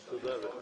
תודה.